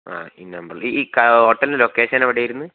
ആ ഈ നമ്പറിൽ ഈ ഈ ഹോട്ടലിൻ്റെ ലൊക്കേഷൻ എവിടെയായിരുന്നു